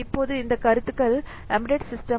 இப்போது இந்த கருத்துக்கள் ஏம்பாடேட் சிஸ்டம்